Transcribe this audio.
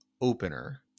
opener